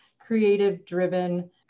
creative-driven